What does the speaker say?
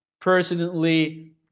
personally